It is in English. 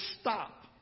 stop